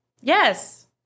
Yes